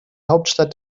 hauptstadt